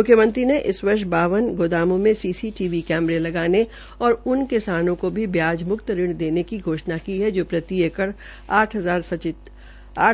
मुख्यमंत्री ने इस वर्ष बावन गोदामों में सीसीटीवी कैमरे लगाने और उन किसानों को भी ब्याज मुक्त ऋण देने की घोषणा की है जो प्रति एकड़ साठ